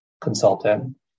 consultant